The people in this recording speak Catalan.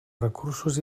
recursos